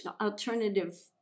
alternative